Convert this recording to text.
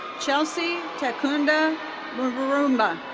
chelsea takunda mburuma.